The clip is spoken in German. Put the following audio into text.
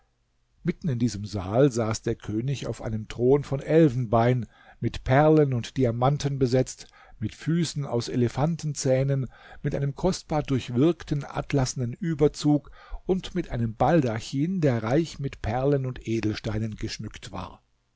mitten in diesem saal saß der könig auf einem thron von elfenbein mit perlen und diamanten besetzt mit füßen aus elefantenzähnen mit einem kostbar durchwirkten atlasnen überzug und mit einem baldachin der reich mit perlen und edelsteinen geschmückt war